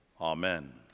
amen